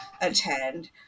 attend